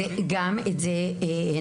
עשינו את זה, גם את זה הנחנו.